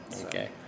okay